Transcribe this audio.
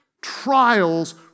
Trials